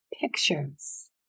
pictures